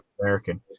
american